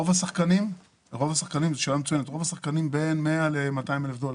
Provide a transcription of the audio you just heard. רוב השחקנים, בין 100,000 ל-200,000 דולר.